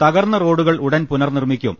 തകർന്ന റോഡുകൾ ഉടൻ പുനർനിർമ്മിക്കും